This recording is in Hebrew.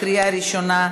לקריאה ראשונה.